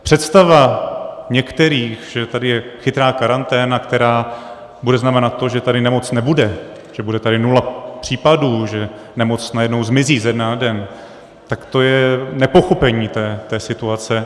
Představa některých, že tady je chytrá karanténa, která bude znamenat to, že tady nemoc nebude, že bude tady nula případů, že nemoc najednou zmizí ze dne na den, tak to je nepochopení té situace.